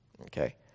okay